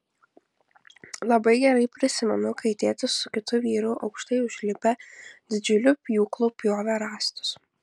labai gerai prisimenu kai tėtis su kitu vyru aukštai užlipę didžiuliu pjūklu pjovė rąstus